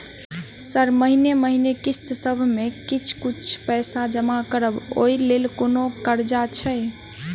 Sir महीने महीने किस्तसभ मे किछ कुछ पैसा जमा करब ओई लेल कोनो कर्जा छैय?